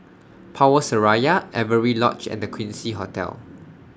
Power Seraya Avery Lodge and The Quincy Hotel